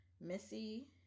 Missy